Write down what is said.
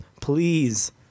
please